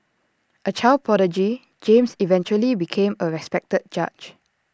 A child prodigy James eventually became A respected judge